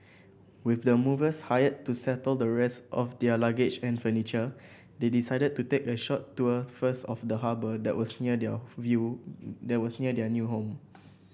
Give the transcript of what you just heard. with the movers hired to settle the rest of their luggage and furniture they decided to take a short tour first of the harbour that was near their few that was near their new home